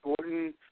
Gordon